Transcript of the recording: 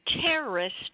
terrorist